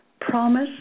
promise